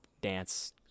dance